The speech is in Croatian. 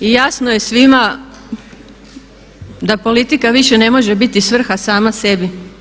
I jasno je svima da politika više ne može biti svrha sama sebi.